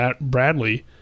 bradley